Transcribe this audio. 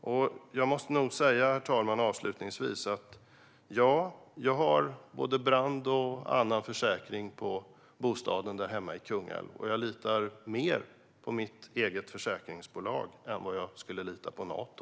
Avslutningsvis måste jag säga, herr talman, att jag har både brandförsäkring och annan försäkring på bostaden hemma i Kungälv, och jag litar tyvärr mer på mitt eget försäkringsbolag än vad jag skulle lita på Nato.